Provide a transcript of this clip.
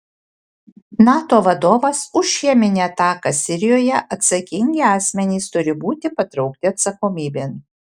nato vadovas už cheminę ataką sirijoje atsakingi asmenys turi būti patraukti atsakomybėn